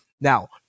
Now